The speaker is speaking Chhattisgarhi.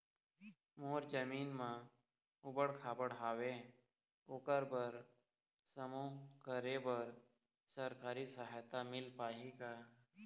मोर जमीन म ऊबड़ खाबड़ हावे ओकर बर समूह करे बर सरकारी सहायता मिलही का?